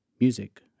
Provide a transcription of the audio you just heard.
music